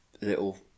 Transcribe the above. little